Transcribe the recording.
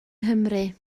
nghymru